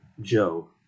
Joe